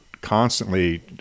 constantly